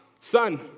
Son